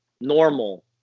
normal